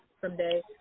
someday